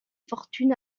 fortune